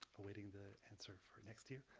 awaiting the answer for next year.